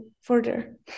further